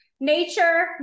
Nature